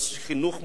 לחינוך מוסרי.